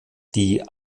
die